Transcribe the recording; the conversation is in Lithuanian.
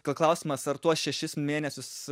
kyla klausimas ar tuos šešis mėnesius